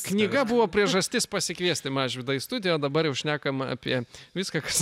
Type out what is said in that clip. knyga buvo priežastis pasikviesti mažvydą į studiją dabar jau šnekam apie viską kas